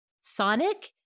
Sonic